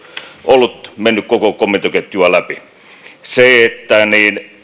ollut mennyt koko komentoketjua läpi siihen että